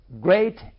great